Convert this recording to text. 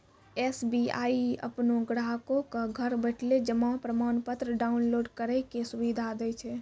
SBI अपनो ग्राहको क घर बैठले जमा प्रमाणपत्र डाउनलोड करै के सुविधा दै छै